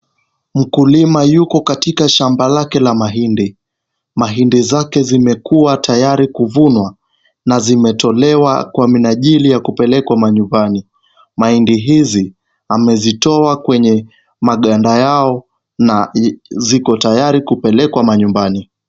Mkulima yuko katika shamba lake la mahindi. Mahindi zake zimekuwa tayari kuvunwa na zimetolewa kwa minajili ya kupelekwa manyumbani. Mahindi hizi amezitoa kwenye maganda yao na ziko tayari kupelekwa manyumbani.